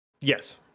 Yes